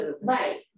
right